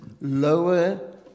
lower